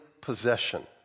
possession